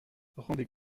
rendait